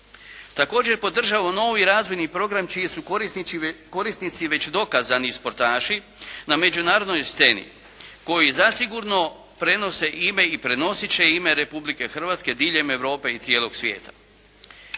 Također podržavam novi razvojni program čiji su korisnici već dokazani športaši na međunarodnoj sceni koji zasigurno prenose ime i prenositi će ime Republike Hrvatske diljem Europe i cijelog svijeta.